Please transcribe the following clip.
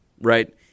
right